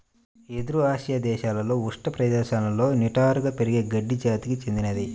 వెదురు ఆసియా దేశాలలో ఉష్ణ ప్రదేశాలలో నిటారుగా పెరిగే గడ్డి జాతికి చెందినది